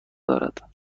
دارد